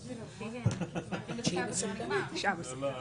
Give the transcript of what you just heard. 10:06.